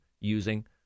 using